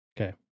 Okay